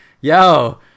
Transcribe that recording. yo